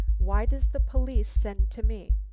why does the police send to me?